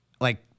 Like-